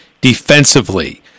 defensively